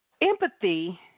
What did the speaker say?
Empathy